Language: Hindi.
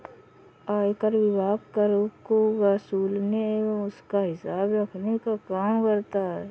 आयकर विभाग कर को वसूलने एवं उसका हिसाब रखने का काम करता है